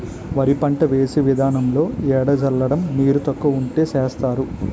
వరి పంట వేసే విదానంలో ఎద జల్లడం నీరు తక్కువ వుంటే సేస్తరు